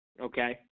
okay